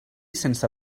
sense